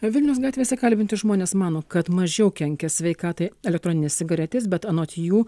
vilniaus gatvėse kalbinti žmonės mano kad mažiau kenkia sveikatai elektroninės cigaretės bet anot jų